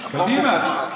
קדימה.